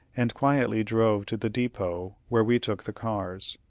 and quietly drove to the depot where we took the cars.